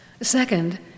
Second